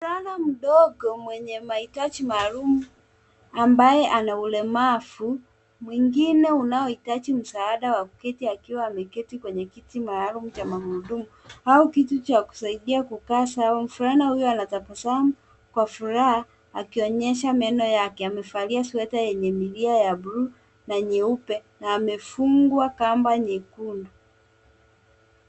Mvulana mdogo mwenye nmahitaji maalum ambaye ana ulemavu mwingine unaohitaji msaada wa kukati akiwa ameketi kwenye kiti maalum cha magurudumu au kiti cha kusaidai kukaa sawa. Mvulana huyo anatabasamu kwa furaha akionyesha meno yake. Amevalia sweta yenye milia ya blue na nyeupe na amefungwa kamba nyekundu.